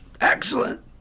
excellent